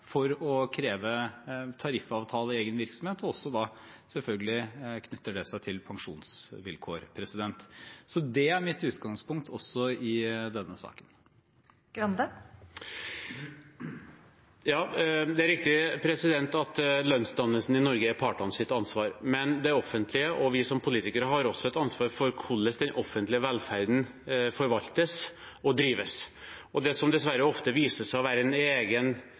for å kreve tariffavtale i egen virksomhet, og pensjonsvilkår knytter seg selvfølgelig også til det. Det er mitt utgangspunkt også i denne saken. Ja, det er riktig at lønnsdannelsen i Norge er partenes ansvar, men det offentlige og vi som politikere har også et ansvar for hvordan den offentlige velferden forvaltes og drives. Det som dessverre ofte viser seg å være en egen